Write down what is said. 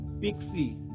pixie